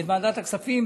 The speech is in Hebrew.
את ועדת הכספים,